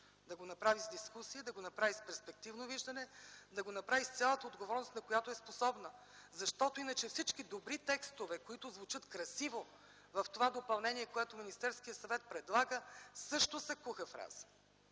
Да го направи с дискусия, да го направи с перспективно виждане, да го направи с цялата отговорност, на която е способна, защото иначе всички добри текстове, които звучат красиво в това допълнение, което Министерският съвет предлага, също са кухи фрази